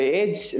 age